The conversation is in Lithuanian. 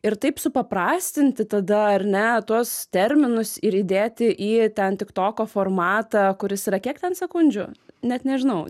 ir taip supaprastinti tada ar ne tuos terminus ir įdėti į ten tik toko formatą kuris yra kiek ten sekundžių net nežinau